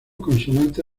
consonante